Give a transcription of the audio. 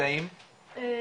20,